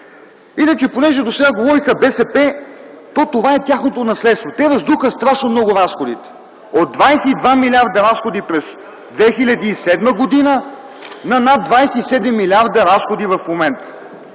Иначе, понеже досега говориха от БСП, то това е тяхното наследство. Те раздуха страшно много разходите - от 22 млрд. разходи през 2007 г. на над 27 млрд. разходи в момента.